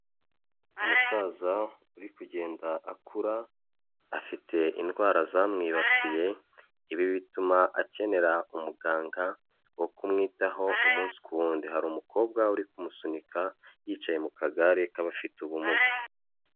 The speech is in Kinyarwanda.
Umusaza uri kugenda akura afite indwara zamwibasiye ibi bituma akenera umuganga wo kumwitaho umunsi ku wundi, hari umukobwa uri kumusunika yicaye mu kagare k'abafite ubumuga.